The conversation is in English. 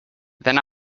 then